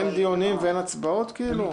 אין דיונים ואין הצבעות כאילו?